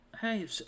hey